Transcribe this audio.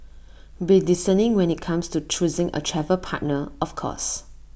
be discerning when IT comes to choosing A travel partner of course